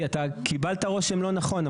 כי אתה קיבלת רושם לא נכון.